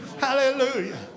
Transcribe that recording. Hallelujah